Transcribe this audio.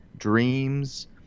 dreams